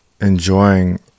enjoying